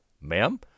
Ma'am